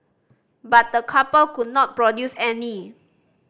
but the couple could not produce any